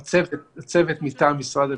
הצוות מטעם משרד הביטחון,